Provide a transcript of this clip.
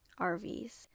RVs